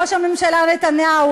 ראש הממשלה נתניהו,